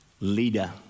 leader